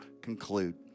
conclude